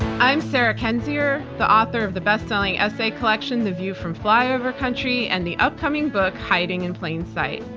i'm sarah kendzior, the author of the bestselling essay collection the view from flyover country and the upcoming book hiding in plain sight.